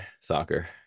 soccer